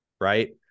right